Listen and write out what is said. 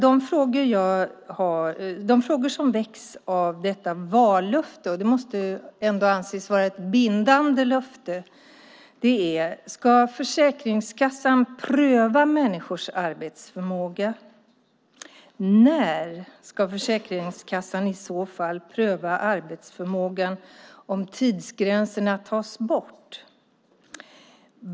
De frågor som väcks av detta vallöfte - det måste ändå anses vara ett bindande löfte - är: Ska Försäkringskassan pröva människors arbetsförmåga? När ska Försäkringskassan i så fall pröva arbetsförmågan om tidsgränserna tas bort?